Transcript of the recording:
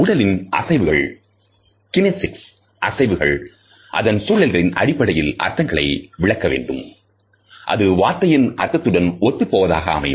உடலின் அசைவுகள் கினேசிக்ஸ் அசைவுகள் அதன் சூழல்களின் அடிப்படையில் அர்த்தங்களை விளக்க வேண்டும் அது வார்த்தையின் அர்த்தத்துடன் ஒத்துப்போவதாக அமையும்